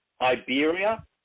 Iberia